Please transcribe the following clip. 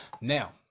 now